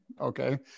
Okay